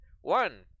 one